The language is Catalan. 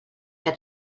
que